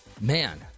Man